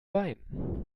wein